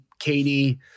Katie